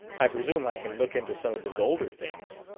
i presume i can look into some of his older things.